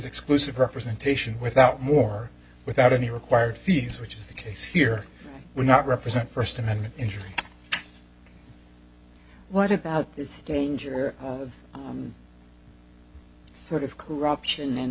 exclusive representation without more without any required fees which is the case here we're not represent first amendment injury what about this danger i'm sort of corruption in